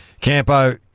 Campo